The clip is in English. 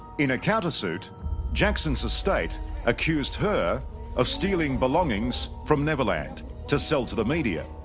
in a countersuit jackson's estate accused her of stealing belongings from neverland to sell to the media.